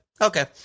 okay